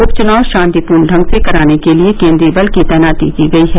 उपचुनाव शान्तिपूर्ण ढंग से कराने के लिये केन्द्रीय बल की तैनाती की गयी है